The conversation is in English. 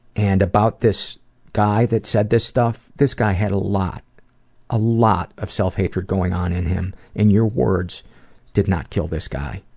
and, about this guy that said this stuff this guy had a lot a lot of self-hatred going on in him and your words did not kill this guy.